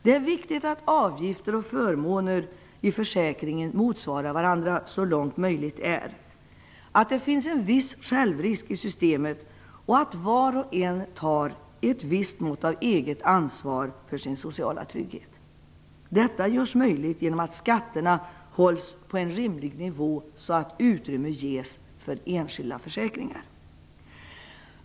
Det är viktigt att avgifter och förmåner i försäkringen motsvarar varandra så långt som möjligt, att det finns en viss självrisk i systemet och att var och en tar ett visst mått av eget ansvar för sin sociala trygghet. Detta görs möjligt genom att skatterna hålls på en rimlig nivå, så att utrymme ges för enskilda försäkringar.